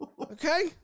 Okay